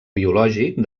biològic